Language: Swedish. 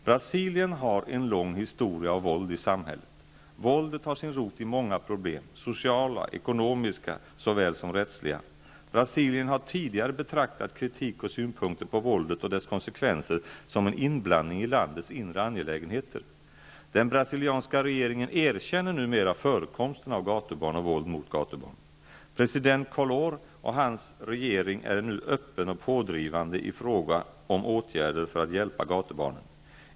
Brasilien har en lång historia av våld i samhället. Våldet har sin rot i många problem, sociala, ekonomiska såväl som rättsliga. Brasilien har tidigare betraktat kritik och synpunkter på våldet och dess konsekvenser som en inblandning i landets inre angelägenheter. Den brasilianska regeringen erkänner numera förekomsten av gatubarn och våld mot gatubarn. President Collor och hans regering är nu öppen och pådrivande i fråga om åtgärder för att hjälpa gatubarnen.